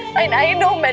i you know mean,